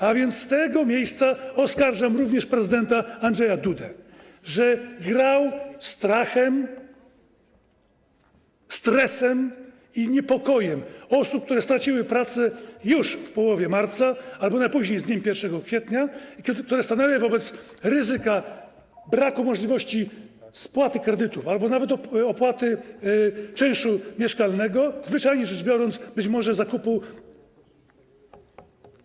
A więc z tego miejsca oskarżam również prezydenta Andrzeja Dudę, że grał strachem, stresem i niepokojem osób, które straciły pracę już w połowie marca albo najpóźniej z dniem 1 kwietnia i które stanęły wobec ryzyka braku możliwości spłaty kredytów albo nawet opłaty czynszu mieszkalnego, zwyczajnie rzecz biorąc, być może zakupu w